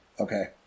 Okay